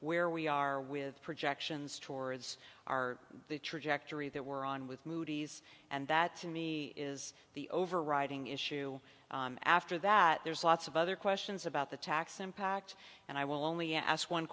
where we are with projections towards our the trajectory that we're on with moody's and that to me is the overriding issue after that there's lots of other questions about the tax impact and i will only ask one